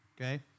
okay